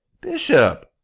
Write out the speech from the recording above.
Bishop